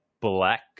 black